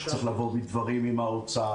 צריך יהיה לבוא בדברים עם האוצר,